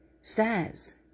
says